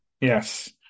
yes